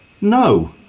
no